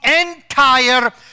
entire